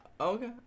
Okay